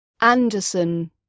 Anderson